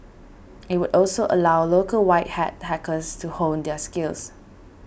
it would also allow local white hat hackers to hone their skills